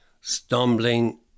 stumbling